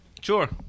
Sure